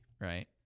right